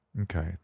Okay